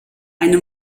eine